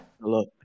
Hello